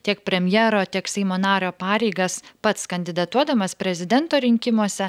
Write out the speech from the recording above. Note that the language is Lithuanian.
tiek premjero tiek seimo nario pareigas pats kandidatuodamas prezidento rinkimuose